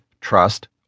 trust